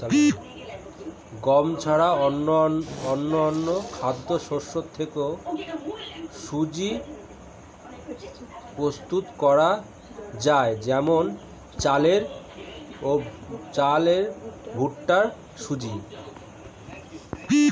গম ছাড়া অন্যান্য খাদ্যশস্য থেকেও সুজি প্রস্তুত করা যায় যেমন চালের ভুট্টার সুজি